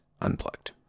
Unplugged